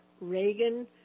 Reagan